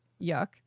yuck